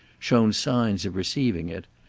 shown signs of receiving it,